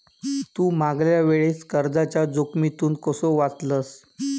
तू मागल्या वेळेस कर्जाच्या जोखमीतून कसो वाचलस